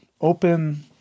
Open